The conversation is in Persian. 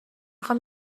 خوام